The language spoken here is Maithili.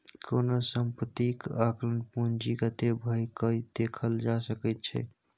कोनो सम्पत्तीक आंकलन पूंजीगते भए कय देखल जा सकैत छै